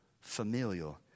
familial